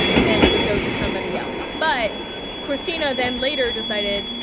then it would go to somebody else. but kristina then later decided,